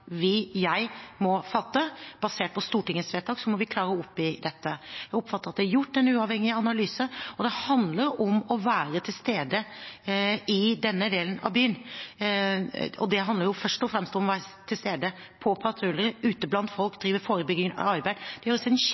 vi – jeg – må fatte basert på Stortingets vedtak, må vi klare opp i dette. Jeg oppfatter at det er gjort en uavhengig analyse, og det handler om å være til stede i denne delen av byen, og det handler først og fremst om å være til stede på patruljer ute blant folk, drive forebyggende arbeid. Det gjøres en